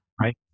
Right